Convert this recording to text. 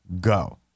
Go